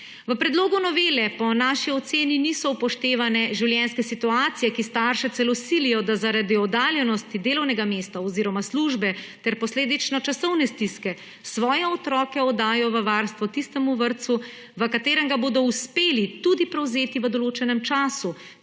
V predlogu novele po naši oceni niso upoštevane življenjske situacije, ki starše celo silijo, da zaradi oddaljenosti delovnega mesta oziroma službe ter posledično časovne stiske svoje otroke oddajo v varstvo tistemu vrtcu, v katerem ga bodo uspeli tudi prevzeti v določenem času,